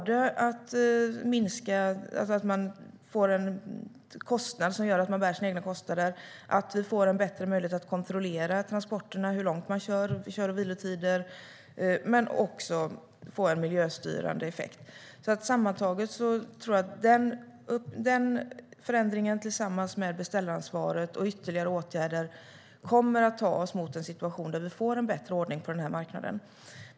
Det gäller att få en kostnad som gör att man bär sina egna kostnader, att vi får en bättre möjlighet att kontrollera transporterna när det gäller hur långt man kör och vilotider och att det blir en miljöstyrande effekt. Sammantaget tror jag att denna förändring tillsammans med beställaransvaret och ytterligare åtgärder kommer att ta oss mot en situation där vi får en bättre ordning på marknaden.